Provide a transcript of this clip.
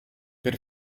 per